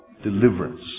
deliverance